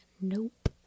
nope